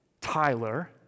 Tyler